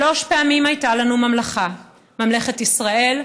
שלוש פעמים הייתה לנו ממלכה: ממלכת ישראל,